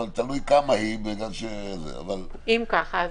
אבל תלוי כמה --- אם ככה,